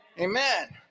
Amen